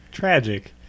Tragic